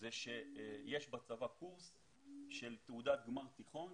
יש בצבא קורס של תעודת גמר תיכון